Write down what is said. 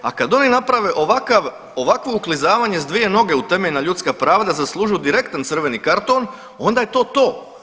A kad oni naprave ovakvo uklizavanje s dvije noge u temeljna ljuska prava da zaslužuju direktan crveni karton onda je to to.